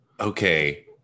Okay